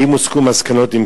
3. האם הוסקו מסקנות?